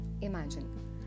Imagine